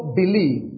believe